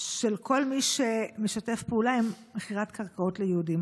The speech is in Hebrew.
של כל מי שמשתף פעולה עם מכירת קרקעות ליהודים.